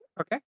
Okay